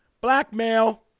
blackmail